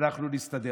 ואנחנו נסתדר.